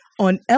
on